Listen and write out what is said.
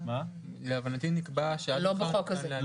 להבנתי נקבע מועד, עד מחר.